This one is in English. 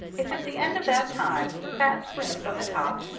if at the end of that time, the fat swims on the top,